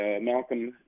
Malcolm